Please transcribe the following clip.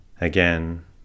Again